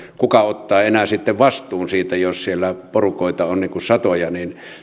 kuka ottaa enää sitten vastuun siitä jos siellä porukoita on satoja